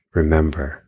remember